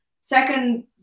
Second